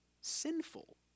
sinful